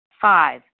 Five